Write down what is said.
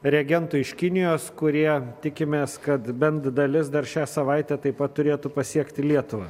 reagentų iš kinijos kurie tikimės kad bent dalis dar šią savaitę taip pat turėtų pasiekti lietuvą